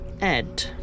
Ed